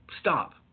stop